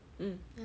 mm